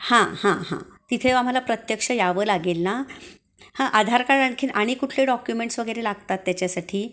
हां हां हां तिथे आम्हाला प्रत्यक्ष यावं लागेल ना हं आधार कार्ड आणखीन आणि कुठले डॉक्युमेंट्स वगैरे लागतात त्याच्यासाठी